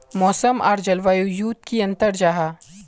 मौसम आर जलवायु युत की अंतर जाहा?